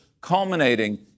culminating